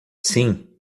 sim